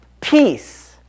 peace